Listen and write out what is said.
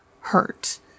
hurt